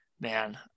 man